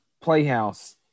playhouse